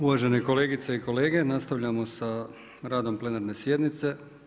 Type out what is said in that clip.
Uvažene kolegice i kolege, nastavljamo sa radom plenarne sjednice.